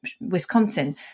Wisconsin